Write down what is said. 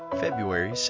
February